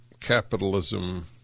capitalism